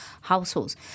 households